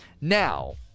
Now